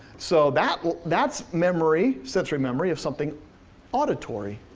so that's that's memory, sensory memory of something auditory.